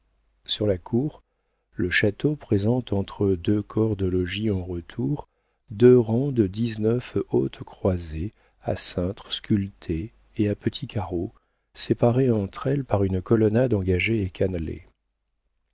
sur la cour le château présente entre deux corps de logis en retour deux rangs de dix-neuf hautes croisées à cintres sculptés et à petits carreaux séparées entre elles par une colonnade engagée et